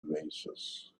oasis